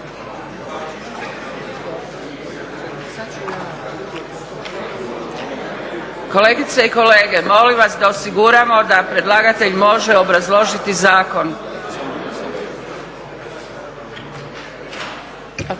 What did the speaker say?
Kolegice i kolege, molim vas da osiguramo da predlagatelj može obrazložiti zakon.